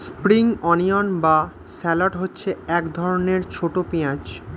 spring onion বা shallot হচ্ছে এক ধরনের ছোট পেঁয়াজ